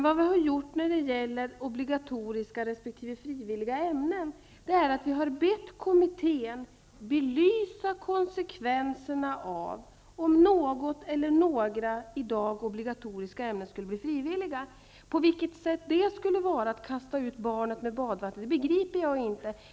Vad vi har gjort när det gäller obligatoriska resp. frivilliga ämnen är att vi har bett denna kommitté att belysa konsekvenserna av om något eller några i dag obligatoriska ämnen skulle bli frivilliga. På vilket sätt det skulle innebära att man kastar ut barnet med badvattet begriper jag inte.